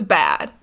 bad